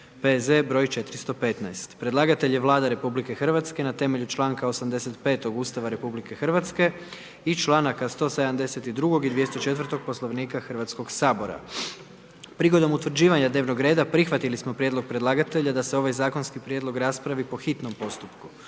P.Z. br. 415 Predlagatelj je Vlada RH temeljem članka 85. Ustava RH i članaka 172. i 204. Poslovnika Hrvatskog sabora. Prigodom utvrđivanja dnevnog reda prihvatili smo prijedlog predlagatelja da se ovaj zakonski prijedlog raspravi po hitnom postupku.